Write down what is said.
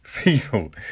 People